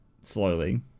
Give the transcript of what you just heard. slowly